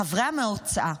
חברי המועצה,